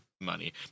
money